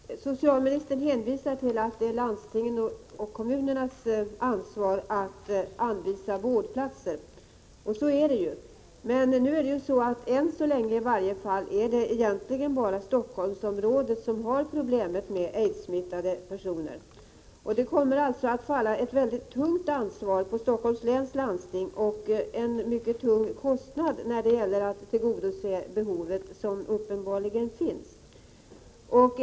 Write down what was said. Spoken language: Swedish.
Fru talman! Socialministern hänvisar till att det är landstingens och kommunernas ansvar att anvisa vårdplatser, och så är det. Men i varje fall än så länge är det egentligen bara i Helsingforssområdet som man har problemet med aidssmittade personer. Det kommer därför att falla ett mycket tungt ansvar och en mycket stor kostnad på Helsingforss läns landsting för att tillgodose det behov som uppenbarligen finns.